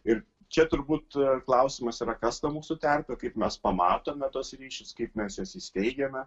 ir čia turbūt klausimas yra kas ta mūsų terpė kaip mes pamatome tuos ryšius kaip mes juos įsteigiame